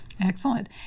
Excellent